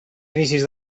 inicis